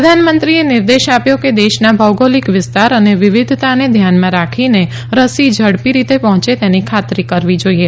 પ્રધાનમંત્રીએ નિર્દેશ આપ્યો કે દેશના ભૌગોલિક વિસ્તાર અને વિવિધતાને ધ્યાનમાં રાખીને રસી ઝડપી રીતે પહોંચે તેની ખાતરી કરવી જોઇએ